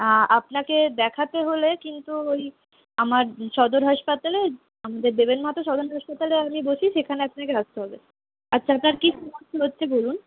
আপনাকে দেখাতে হলে কিন্তু ওই আমার সদর হাসপাতালে আমাদের দেবেন মাহাতো সদর হাসপাতালে আমি বসি সেখানে আপনাকে আসতে হবে আচ্ছা আপনার কি সমস্যা হচ্ছে বলুন